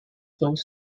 flows